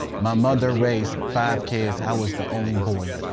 my mother raised five kids, i was the only boy.